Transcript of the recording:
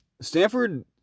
Stanford